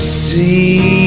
see